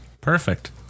Perfect